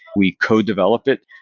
we co-develop it.